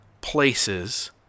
places